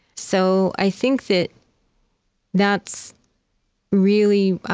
so i think that that's really,